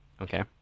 okay